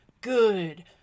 good